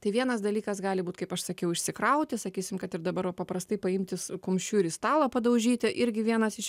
tai vienas dalykas gali būt kaip aš sakiau išsikrauti sakysim kad ir dabar paprastai paimti kumščiu ir į stalą padaužyti irgi vienas iš